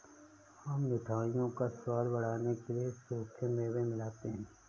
हम मिठाइयों का स्वाद बढ़ाने के लिए सूखे मेवे मिलाते हैं